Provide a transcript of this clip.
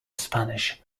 spanish